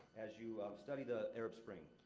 as you study the arab spring.